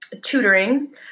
Tutoring